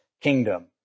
kingdom